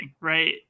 right